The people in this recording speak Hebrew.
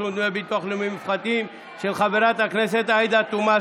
תשלום דמי ביטוח מופחתים לסטודנט במוסד